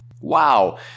Wow